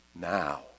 now